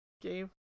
game